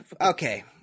Okay